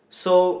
so